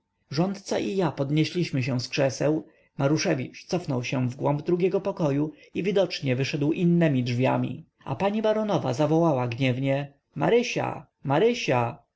baronowej rządca i ja podnieśliśmy się z krzeseł maruszewicz cofnął się wgłąb drugiego pokoju i widocznie wyszedł innemi drzwiami a pani baronowa zawołała gniewnie marysia marysia